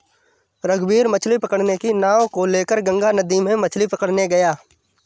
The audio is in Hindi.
रघुवीर मछ्ली पकड़ने की नाव को लेकर गंगा नदी में मछ्ली पकड़ने गया